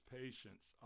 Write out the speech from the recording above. patience